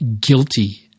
guilty